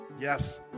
Yes